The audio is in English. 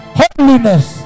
holiness